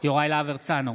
יוראי להב הרצנו,